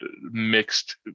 mixed